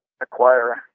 acquire